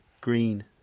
Green